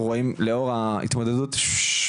אנחנו רואים את זה לאור ההתמודדויות הנפשיות